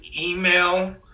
email